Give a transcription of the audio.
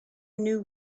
new